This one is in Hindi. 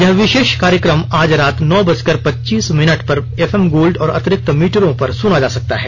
यह विशेष कार्यक्रम आज रात नौ बजकर पच्चीस मिनट पर एफएम गोल्ड और अतिरिक्त मीटरों पर सुना जा सकता है